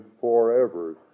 forever